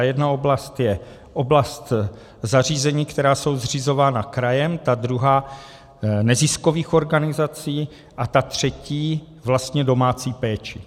Jedna oblast je oblast zařízení, která jsou zřizovaná krajem, ta druhá neziskových organizací a třetí vlastně domácí péče.